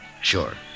sure